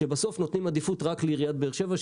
כשבסוף נותנים עדיפות רק לעיריית באר-שבע.